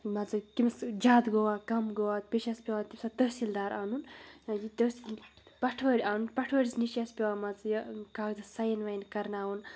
مان ژٕ کٔمِس جادٕ گوٚوا کَم گوٚوا بیٚیہِ چھِ اَسہِ پٮ۪وان تمہِ ساتہٕ تٔحصیٖلدار اَنُن یہِ تٔحصیٖل پَٹھوٲرۍ اَنُن پَٹھوٲرِس نِش چھِ اَسہِ پٮ۪وان مان ژٕ یہِ کاغذَس ساین واین کَرناوُن